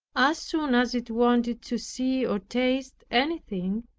as soon as it wanted to see or taste anything,